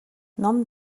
ном